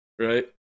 right